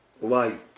light